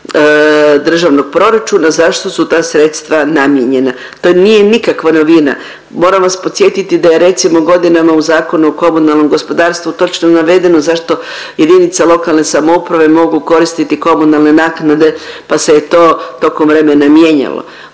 državnog proračuna zašto su ta sredstva namijenjena. To nije nikakva novina. Moram vas podsjetiti da je recimo godinama u Zakonu o komunalnom gospodarstvu točno navedeno zašto jedinica lokalne samouprave mogu koristiti komunalne naknade pa se je to tokom vremena mijenjalo.